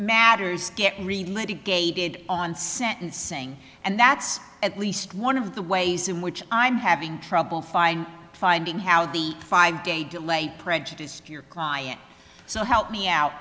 matters get relented gated on sentencing and that's at least one of the ways in which i'm having trouble finding finding how the five day delay prejudiced your client so help me out